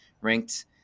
ranked